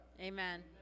Amen